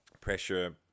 pressure